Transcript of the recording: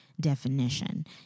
definition